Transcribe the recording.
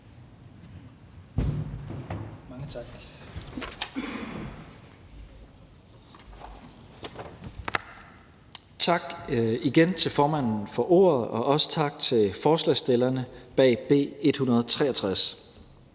Tesfaye): Tak igen til formanden for ordet, og også tak til forslagsstillerne bag B 163.